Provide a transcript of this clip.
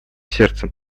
сердцем